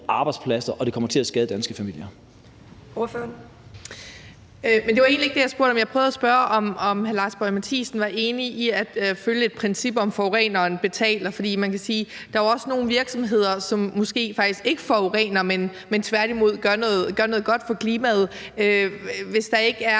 Mercado): Ordføreren. Kl. 17:11 Lisbeth Bech-Nielsen (SF): Det var egentlig ikke det, jeg spurgte om. Jeg prøvede at spørge, om hr. Lars Boje Mathiesen var enig i, at vi skal følge et princip om, at forureneren betaler. For man kan sige, at der jo måske også er nogle virksomheder, som faktisk ikke forurener, men som tværtimod gør noget godt for klimaet, og hvis der ikke er